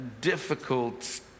difficult